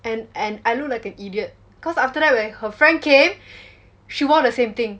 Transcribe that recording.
and and I look like an idiot cause after that when her friend came she wore the same thing